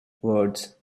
words